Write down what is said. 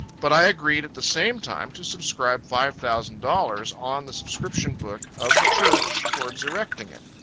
but i agreed at the same time to subscribe five thousand dollars on the subscription book of the church towards erecting it.